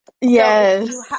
Yes